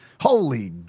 holy